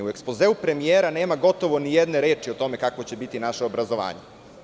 U ekspozeu premijera nema gotovo ni jedne reči o tome kakvo će biti naše obrazovanje.